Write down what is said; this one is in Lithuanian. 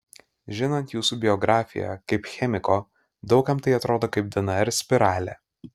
žinant jūsų biografiją kaip chemiko daug kam tai atrodo kaip dnr spiralė